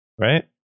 right